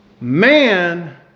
man